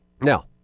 Now